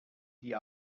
die